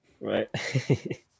Right